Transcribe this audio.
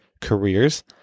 careers